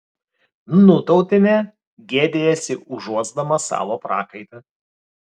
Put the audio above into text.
nūtautienė gėdijasi užuosdama savo prakaitą